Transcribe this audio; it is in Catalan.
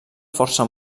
força